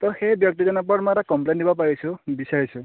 তো সেই ব্যক্তিজনৰ ওপৰত মই এটা কমপ্লেইণ্ট দিব পাৰিছোঁ বিচাৰিছোঁ